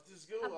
אז תסגרו.